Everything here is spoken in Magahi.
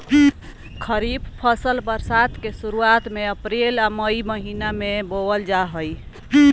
खरीफ फसल बरसात के शुरुआत में अप्रैल आ मई महीना में बोअल जा हइ